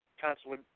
constantly